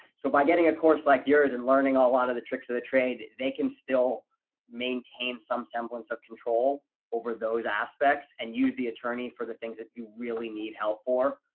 so by getting a course like yours and learning a lot of the tricks of the trade, they can still maintain some semblance of control over those aspects and use the attorney for the things that you really need help for,